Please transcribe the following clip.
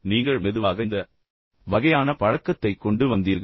நீங்கள் மெதுவாக இந்த வகையான பழக்கத்தைக் கொண்டு வந்தீர்கள்